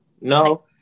No